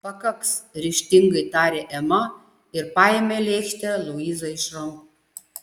pakaks ryžtingai tarė ema ir paėmė lėkštę luizai iš rankų